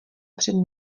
před